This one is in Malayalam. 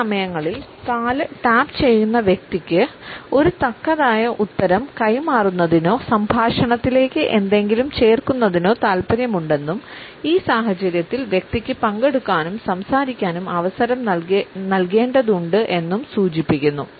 ചില സമയങ്ങളിൽ കാൽ ടാപ്പുചെയ്യുന്ന വ്യക്തിക്ക് ഒരു തക്കതായ ഉത്തരം കൈമാറുന്നതിനോ സംഭാഷണത്തിലേക്ക് എന്തെങ്കിലും ചേർക്കുന്നതിനു താൽപ്പര്യമുണ്ടെന്നും ഈ സാഹചര്യത്തിൽ വ്യക്തിക്ക് പങ്കെടുക്കാനും സംസാരിക്കാനും അവസരം നൽകേണ്ടതുണ്ട് എന്നും സൂചിപ്പിക്കുന്നു